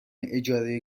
اجاره